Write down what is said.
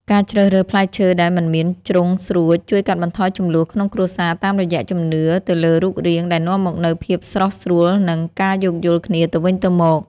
ការជ្រើសរើសផ្លែឈើដែលមិនមានជ្រុងស្រួចជួយកាត់បន្ថយជម្លោះក្នុងគ្រួសារតាមរយៈជំនឿទៅលើរូបរាងដែលនាំមកនូវភាពស្រុះស្រួល និង ការយោគយល់គ្នាទៅវិញទៅមក។